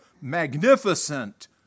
magnificent